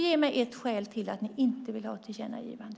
Ge mig ett skäl till att ni inte vill ha ett tillkännagivande.